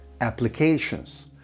applications